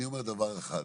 אני אומר דבר אחד.